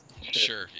Sure